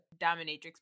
Dominatrix